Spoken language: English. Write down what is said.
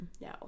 No